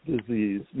disease